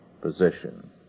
position